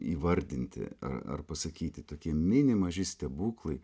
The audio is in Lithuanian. įvardinti ar pasakyti tokie mini maži stebuklai